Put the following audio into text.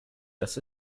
dass